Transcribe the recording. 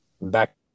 back